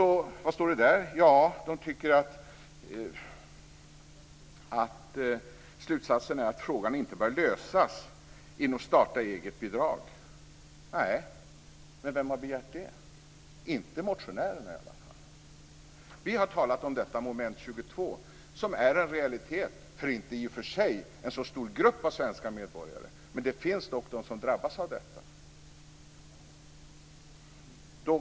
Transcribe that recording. Där framhålls att slutsatsen är att frågan inte bör lösas genom starta-eget-bidrag. Nej, men vem har begärt det? I varje fall inte motionärerna. Vi har talat om detta Moment 22, som är en realitet, i och för sig inte för en så stor grupp av svenska medborgare, men en del drabbas dock av detta.